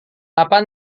apa